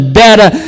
better